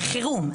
חירום.